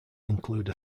include